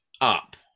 up